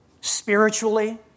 spiritually